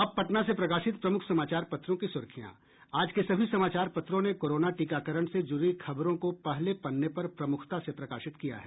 अब पटना से प्रकाशित प्रमुख समाचार पत्रों की सुर्खियां आज के सभी समाचार पत्रों ने कोरोना टीकाकरण से जुड़ी खबरों को पहले पन्ने पर प्रमुखता से प्रकाशित किया है